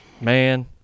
Man